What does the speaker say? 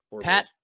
Pat